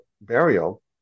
burial